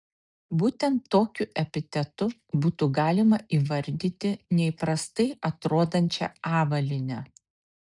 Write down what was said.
būtent tokiu epitetu būtų galima įvardyti neįprastai atrodančią avalynę